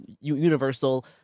Universal